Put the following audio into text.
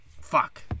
Fuck